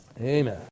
amen